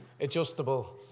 adjustable